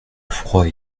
froid